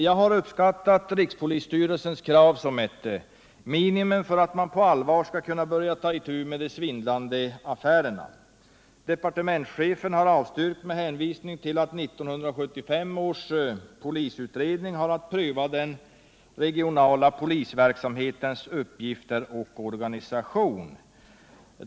Jag har uppfattat rikspolisstyrelsens krav som ett minimum för att man på allvar skall kunna börja ta itu med de svindlande affärerna. Departementschefen avstyrker med hänvisning till att 1975 års polisutredning har att pröva den regionala polisverksamhetens uppgifter och organisation.